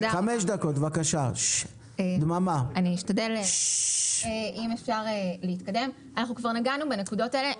אנחנו כבר נגענו בנקודות האלה.